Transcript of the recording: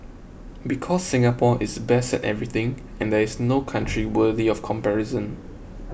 because Singapore is best at everything and there is no country worthy of comparison